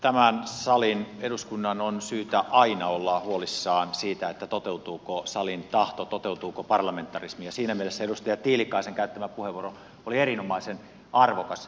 tämän salin eduskunnan on syytä aina olla huolissaan siitä toteutuuko salin tahto toteutuuko parlamentarismi ja siinä mielessä edustaja tiilikaisen käyttämä puheenvuoro oli erinomaisen arvokas